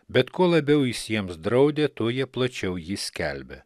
bet kuo labiau jis jiems draudė tuo jie plačiau jį skelbė